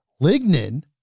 Lignin